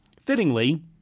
fittingly